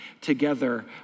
together